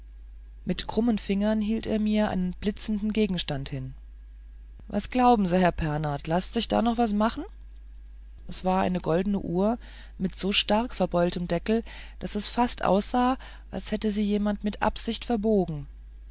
mit krummen fingern hielt er mir einen blitzenden gegenstand hin was glauben sie herr pernath laßt sich da noch was machen es war eine goldene uhr mit so stark verbeulten deckeln daß es fast aussah als hätte sie jemand mit absicht verbogen